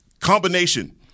combination